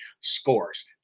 scores